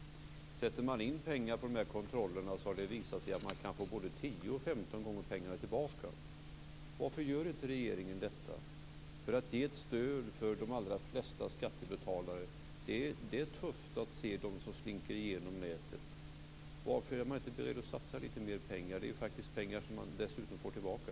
Sätter man in pengar på sådana här kontroller visar det sig att man kan få både 10 och 15 gånger pengarna tillbaka. Varför gör inte regeringen detta för att ge ett stöd till de allra flesta skattebetalare? Det är tufft att se dem som slinker igenom nätet. Varför är man inte beredd att satsa lite mer pengar? Det är ju faktiskt pengar som man dessutom får tillbaka.